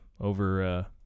over